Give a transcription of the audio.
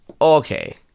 Okay